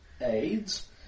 aids